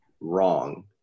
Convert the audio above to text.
wrong